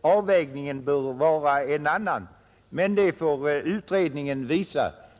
avvägningen bör vara en annan, men det får utredningen visa.